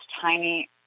tiny